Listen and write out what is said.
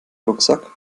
rucksack